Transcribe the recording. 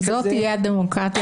אתה תהיה היועמ"ש.